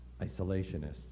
isolationists